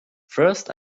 first